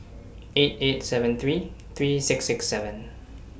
eight eight seven three three six six seven